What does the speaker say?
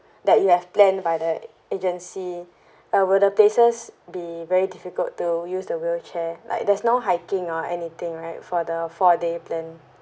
that you have plan by the agency ah will the places be very difficult to use the wheelchair like there's no hiking or anything right for the four day plan